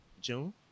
June